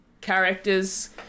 characters